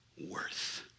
worth